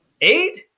eight